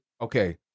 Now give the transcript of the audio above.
okay